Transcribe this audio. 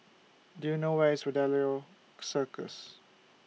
Do YOU know Where IS Fidelio Circus